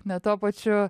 ne tuo pačiu